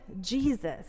Jesus